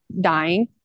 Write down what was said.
dying